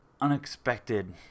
unexpected